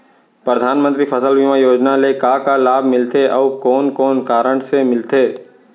परधानमंतरी फसल बीमा योजना ले का का लाभ मिलथे अऊ कोन कोन कारण से मिलथे?